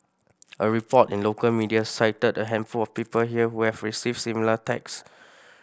a report in local media cited a handful of people here who have received similar texts